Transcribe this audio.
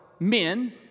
men